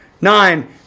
nine